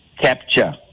capture